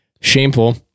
shameful